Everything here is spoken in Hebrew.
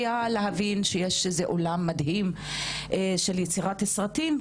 להבין שיש איזה עולם מדהים של יצירת סרטים,